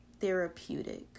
therapeutic